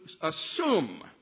assume